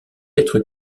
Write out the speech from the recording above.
être